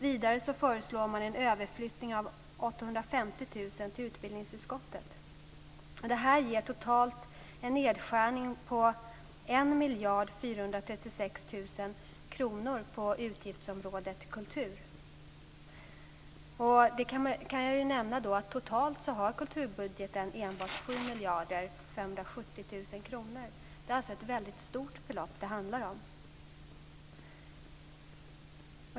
Vidare föreslår man en överflyttning av 850 miljoner kronor till utbildningsutskottet. Det ger totalt en nedskärning på 1 miljard 436 miljoner kronor på utgiftsområdet kultur. Jag kan nämna att totalt har kulturbudgeten enbart 7 miljarder 570 miljoner kronor. Det är alltså ett väldigt stort belopp det handlar om.